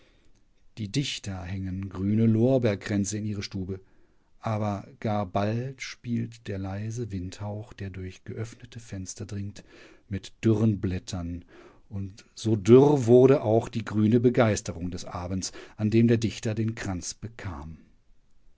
die dichter hängen grüne lorbeerkränze in ihre stube aber gar bald spielt der leise windhauch der durch geöffnete fenster dringt mit dürren blättern und so dürr wurde auch die grüne begeisterung des abends an dem der dichter den kranz bekam